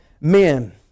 men